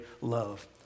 love